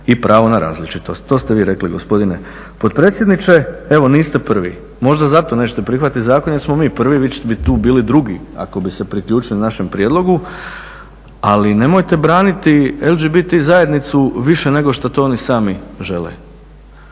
i pravo na različitost. To ste vi rekli gospodine potpredsjedniče, evo niste prvi. Možda zato nećete prihvatit zakon jer smo mi prvi, vi bi tu bili drugi ako bi se priključili našem prijedlogu, ali nemojte braniti LGBT zajednicu više nego što to oni sami žele.